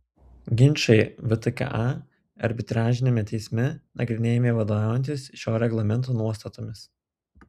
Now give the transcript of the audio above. ginčai vtka arbitražiniame teisme nagrinėjami vadovaujantis šio reglamento nuostatomis